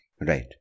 Right